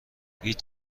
هیچ